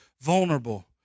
vulnerable